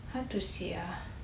how to say ah